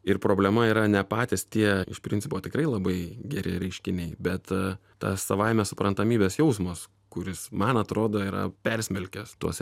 ir problema yra ne patys tie iš principo tikrai labai geri reiškiniai bet tas savaime suprantamybės jausmas kuris man atrodo yra persmelkęs tuos